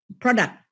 product